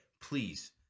please